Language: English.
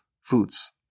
foods